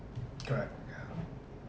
correct yeah